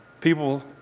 people